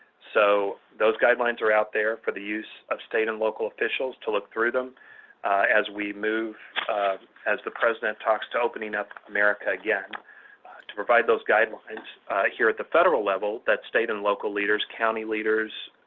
so, those guidelines are out there for the use of state and local officials to look through them as we move as the president talks to opening up america again to provide those guidelines here at the federal level that state and local leaders, county leaders,